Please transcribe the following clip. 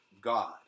God